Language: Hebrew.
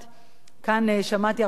כאן שמעתי הרבה טענות